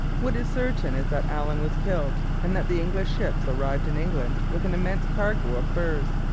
what is certain is that allen was killed and that the english ships arrived in england with an immense cargo of furs,